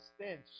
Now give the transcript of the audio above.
stench